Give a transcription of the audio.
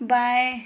बाएँ